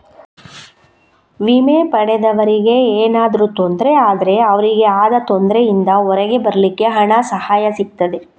ವಿಮೆ ಪಡೆದವರಿಗೆ ಏನಾದ್ರೂ ತೊಂದ್ರೆ ಆದ್ರೆ ಅವ್ರಿಗೆ ಆದ ತೊಂದ್ರೆಯಿಂದ ಹೊರಗೆ ಬರ್ಲಿಕ್ಕೆ ಹಣದ ಸಹಾಯ ಸಿಗ್ತದೆ